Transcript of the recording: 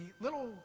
little